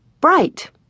Bright